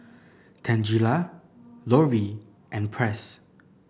Tangela Lorie and Press